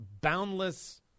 Boundless